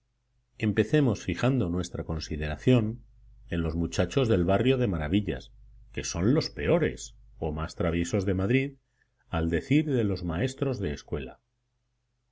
empecemos fijando nuestra consideración en los muchachos del barrio de maravillas que son los peores o más traviesos de madrid al decir de los maestros de escuela